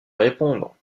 répondre